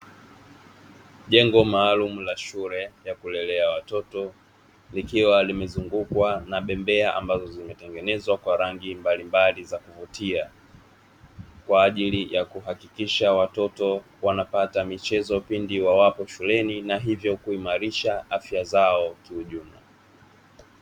Jengo maalumu la shule ya kulelea watoto likiwa limezungukwa na bembea, ambazo zimetengenezwa kwa rangi mbalimbali za kuvutia. Kwa ajili ya kuhakikisha watoto wanapata michezo pindi, wawapo shuleni na hivyo kuimarisha afya zao kiujumla.